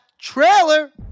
Trailer